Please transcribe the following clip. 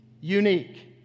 unique